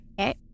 Okay